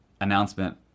announcement